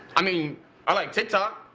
i mean i like tiktok.